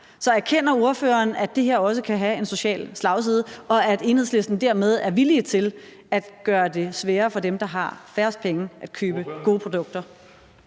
Så erkender ordføreren, at det her også kan have en social slagside, og at Enhedslisten dermed er villige til at gøre det sværere for dem, der har færrest penge, at købe gode produkter?